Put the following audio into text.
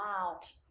out